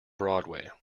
broadway